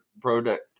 product